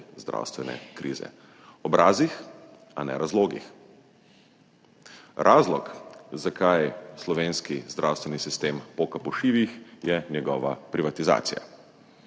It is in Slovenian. zdravstvene krize. Obrazih, a ne razlogih. Razlog, zakaj slovenski zdravstveni sistem poka po šivih, je njegova privatizacija.